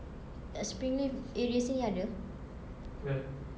at spring leaf area sini ada